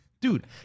Dude